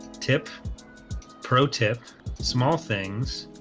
tip pro tip small things